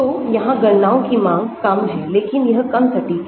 तो यहां गणनाओं की मांग कम है लेकिनयह कम सटीक है